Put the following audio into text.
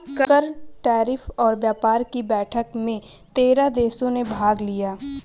कर, टैरिफ और व्यापार कि बैठक में तेरह देशों ने भाग लिया